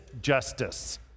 justice